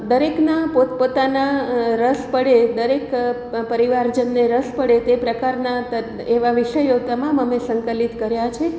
દરેકના પોત પોતાના રસ પડે દરેક પરિવારજનને રસ પડે તે પ્રકારના તદ્ એવા વિષયો તમામ અમે સંકલિત કર્યા છે